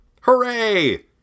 Hooray